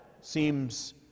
seems